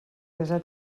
desar